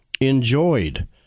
enjoyed